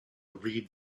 read